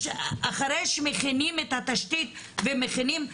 אחרי שמכינים את התשתית ומכינים הכל?